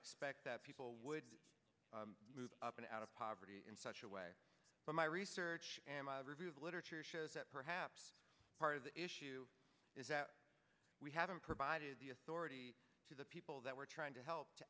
expect that people would move up and out of poverty in such a way that my research and my review of literature shows that perhaps part of the issue is that we haven't provided the authority to the people that we're trying to help to